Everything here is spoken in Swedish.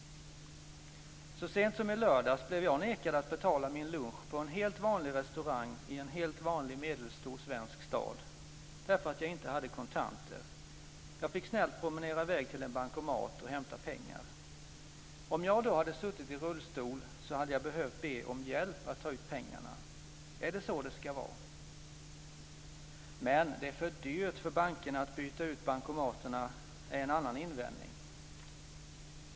Så sent som i lördags blev jag nekad att få betala min lunch på en helt vanlig restaurang i en helt vanlig mellanstor svensk stad därför att jag inte hade kontanter. Jag fick snällt promenera i väg till en bankomat och hämta pengar. Om jag hade suttit i rullstol hade jag behövt be om hjälp att ta ur pengarna. Är det så det ska vara? Men det är för dyrt för bankerna att byta ut bankomaterna är en annan invändning.